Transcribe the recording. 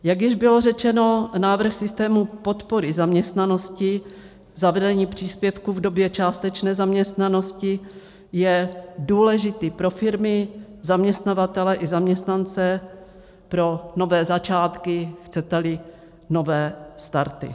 Jak již bylo řečeno, návrh systému podpory zaměstnanosti, zavedení příspěvku v době částečné zaměstnanosti, je důležitý pro firmy, zaměstnavatele i zaměstnance, pro nové začátky, chceteli nové starty.